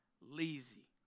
lazy